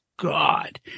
God